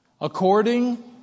according